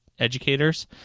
Educators